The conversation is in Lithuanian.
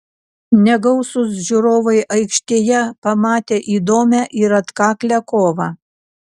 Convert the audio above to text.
negausūs žiūrovai aikštėje pamatė įdomią ir atkaklią kovą